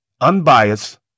unbiased